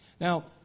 Now